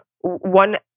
one